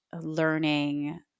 learning